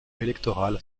électorale